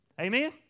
Amen